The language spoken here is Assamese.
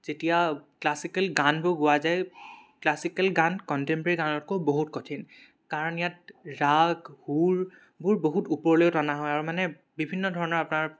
যেতিয়া ক্লাছিকেল গানবোৰ গোৱা যায় ক্লাছিকেল গান কণ্টেম্প'ৰেৰী গানতকৈ বহুত কঠিন কাৰণ ইয়াত ৰাগ সুৰবোৰ বহুত ওপৰলৈ টনা হয় আৰু মানে বিভিন্ন ধৰণৰ আপোনাৰ